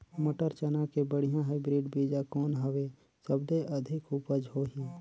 मटर, चना के बढ़िया हाईब्रिड बीजा कौन हवय? सबले अधिक उपज होही?